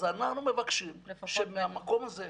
אז אנחנו מבקשים שמהמקום הזה,